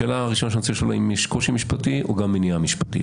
השאלה הראשונה שאני רוצה לשאול האם יש קושי משפטי או גם מניעה משפטית,